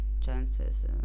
chances